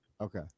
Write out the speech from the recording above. Okay